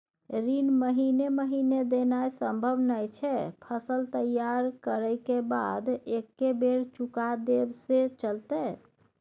ऋण महीने महीने देनाय सम्भव नय छै, फसल तैयार करै के बाद एक्कै बेर में चुका देब से चलते?